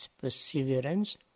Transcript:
perseverance